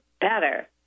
better